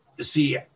see